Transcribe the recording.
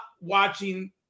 watching –